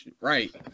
Right